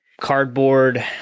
cardboard